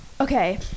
okay